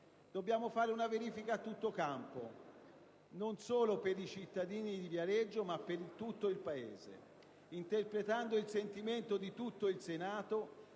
Dobbiamo fare una verifica a tutto campo, non solo per i cittadini di Viareggio, ma per tutto il Paese. Interpretando il sentimento di tutto il Senato,